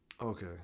Okay